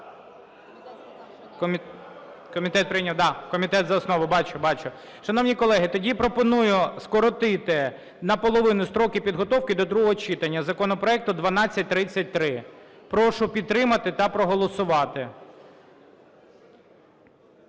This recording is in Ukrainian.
Комітет прийняв, да, комітет – за основу. Бачу, бачу. Шановні колеги, тоді пропоную скоротити наполовину строки підготовки до другого читання законопроекту 1233. Прошу підтримати та проголосувати.